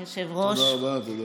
היושב-ראש.